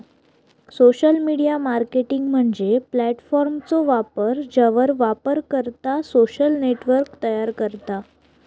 social media marketing म्हणजे प्लॅटफॉर्मचो वापर ज्यावर वापरकर्तो सोशल नेटवर्क तयार करता